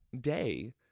day